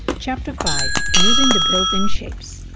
chapter five using the built-in shapes